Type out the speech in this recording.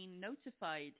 notified